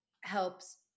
helps